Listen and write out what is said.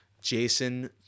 Jason